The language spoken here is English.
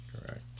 Correct